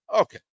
okay